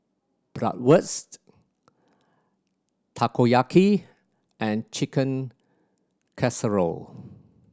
Bratwurst Takoyaki and Chicken Casserole